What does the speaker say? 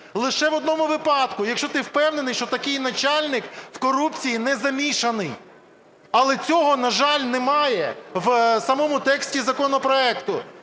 лише в одному випадку: якщо ти впевнений, що такий начальник в корупції не замішаний. Але цього, на жаль, немає в самому тексті законопроекту.